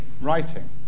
writing